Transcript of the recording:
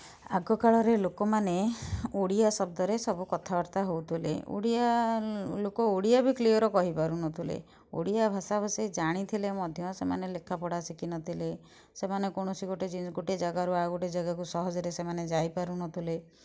ଆଗକାଳରେ ଲୋକମାନେ ଓଡ଼ିଆ ଶବ୍ଦରେ ସବୁ କଥା ବାର୍ତ୍ତା ହେଉଥିଲେ ଓଡ଼ିଆ ଲୋକ ଓଡ଼ିଆ ବି କ୍ଲିଅର୍ କହିପାରୁ ନଥିଲେ ଓଡ଼ିଆ ଭାଷାଭାଷି ଜାଣିଥିଲେ ମଧ୍ୟ ସେମାନେ ଲେଖା ପଢ଼ା ଶିଖିନଥିଲେ ସେମାନେ କୌଣସି ଗୋଟେ ଜିନି ଗୋଟେ ଜାଗାରୁ ଆଉ ଗୋଟେ ଜାଗାକୁ ସହଜରେ ସେମାନେ ଯାଇପାରୁନଥିଲେ